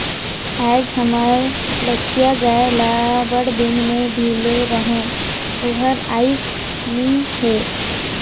आयज हमर लखिया गाय ल बड़दिन में ढिले रहें ओहर आइस नई हे